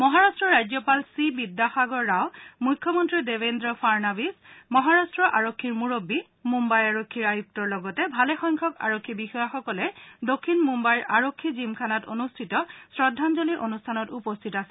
মহাৰাট্টৰ ৰাজ্যপাল চি বিদ্যসাগৰ ৰাও মুখ্যমন্ত্ৰী দেবেন্দ্ৰ ফাড়ণাবিছ মহৰাট্ট আৰক্ষী মূৰববী মুম্বাই আৰক্ষী আয়ুক্তৰ লগতে ভালেসংখ্যক আৰক্ষী বিষয়াসকলে দক্ষিণ মুম্বাইৰ আৰক্ষী জীমখানাত অনুষ্ঠিত শ্ৰদ্ধাঞ্জলি অনুষ্ঠানত উপস্থিত আছিল